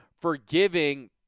forgiving